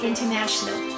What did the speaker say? International